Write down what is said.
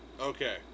Okay